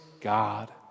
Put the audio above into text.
God